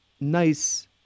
nice